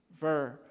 verb